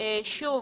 שוב